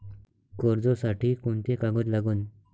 कर्जसाठी कोंते कागद लागन?